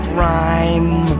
rhyme